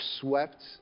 swept